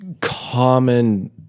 common